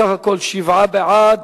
בסך הכול שבעה בעד,